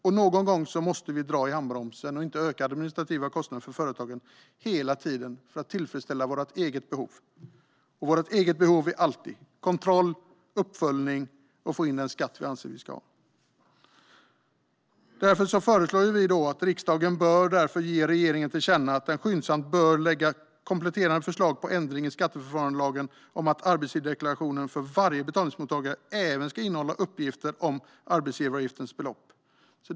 Och någon gång måste vi dra i handbromsen och inte öka de administrativa kostnaderna för företagen hela tiden för att tillfredsställa vårt eget behov. Vårt eget behov är alltid kontroll, uppföljning och att få in den skatt som vi anser att vi ska ha. Därför föreslår vi att riksdagen bör ge regeringen till känna att den skyndsamt bör lägga fram kompletterande förslag till ändring i skatteförfarandelagen om att arbetsgivardeklarationen för varje betalningsmottagare även ska innehålla uppgifter om arbetsgivaravgiftens belopp.